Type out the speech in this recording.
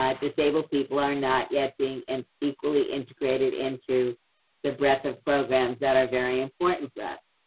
um disabled people are not yet being and equally integrated into the breadth of programs that are very important for us.